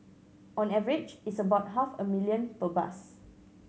on average it's about half a million per bus